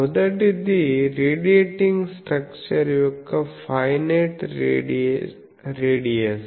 మొదటిది radiating structure యొక్క finite radius